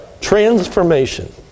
transformation